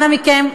אנא מכם,